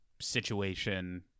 situation